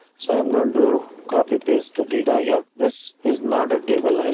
so i'm going to copy paste the data here. this is not a table.